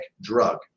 drug